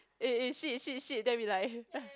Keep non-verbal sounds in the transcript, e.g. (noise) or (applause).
eh eh shit shit shit then we like (laughs)